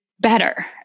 better